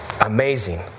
Amazing